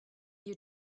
you